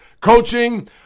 coaching